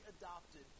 adopted